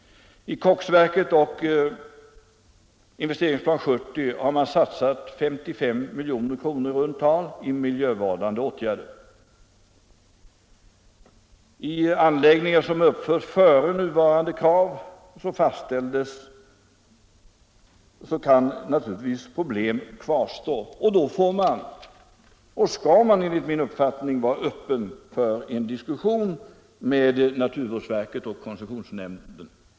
I koksverket och Investeringsplan 70 har man satsat 55 milj.kr. i runt tal på miljövårdande åtgärder. I anläggningar som uppförts före nuvarande krav kan naturligtvis problem kvarstå och då skall man, enligt min uppfattning, vara öppen för en diskussion med naturvårdsverket och koncessionsnämnden.